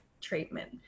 treatment